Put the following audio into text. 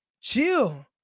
chill